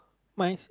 mine's